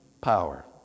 power